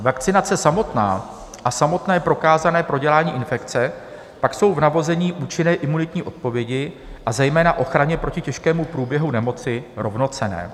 Vakcinace samotná a samotné prokázané prodělání infekce pak jsou v navození účinné imunitní odpovědi, a zejména ochraně proti těžkému průběhu nemoci rovnocenné.